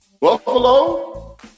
Buffalo